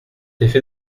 effet